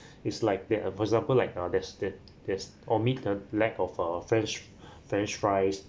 it's like that uh for example like uh there's there's omit the lack of a french french fries